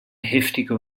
heftiger